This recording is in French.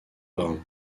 rhin